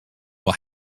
will